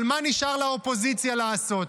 אבל מה נשאר לאופוזיציה לעשות?